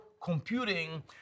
computing